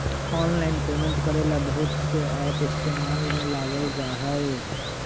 online payment करे ला बहुत से एप इस्तेमाल में लावल जा हई